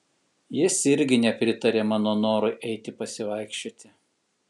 jis irgi nepritarė mano norui eiti pasivaikščioti